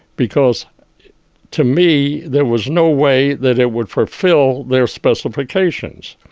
because to me, there was no way that it would fulfill their specifications.